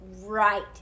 right